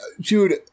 dude